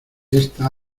esta